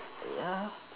ya